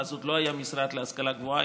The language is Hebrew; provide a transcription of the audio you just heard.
אז עוד לא היה משרד להשכלה גבוהה,